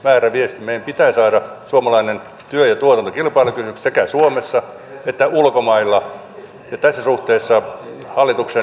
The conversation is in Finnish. meidän pitää saada suomalainen työ ja tuotanto kilpailukykyiseksi sekä suomessa että ulkomailla ja tässä suhteessa hallituksen linja on oikea